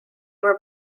were